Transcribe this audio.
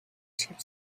should